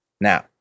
Now